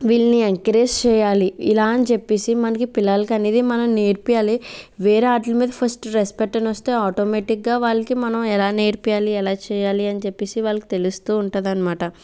వీళ్ళని ఎంకరేజ్ చేయాలి ఇలా అని చెప్పేసి మనకి పిల్లలకి అనేది మనం నేర్పియ్యాలి వేరే వాటి మీద ఫస్ట్ రెస్పెక్ట్ అనే వస్తే ఆటోమేటిక్గా వాళ్ళకి మనం ఎలా నేర్పియ్యాలి ఎలా చేయాలి అని చెప్పేసి వాళ్ళకి తెలుస్తూ ఉంటుందన్నమాట